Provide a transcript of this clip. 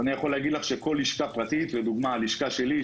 אני יכול להגיד לך שכל לשכה פרטית לדוגמה הלשכה שלי,